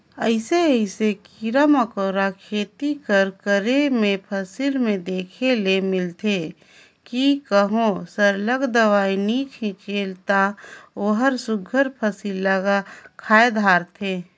अइसे अइसे कीरा मकोरा खेती कर करे में फसिल में देखे ले मिलथे कि कहों सरलग दवई नी छींचे ता ओहर सुग्घर फसिल ल खाए धारथे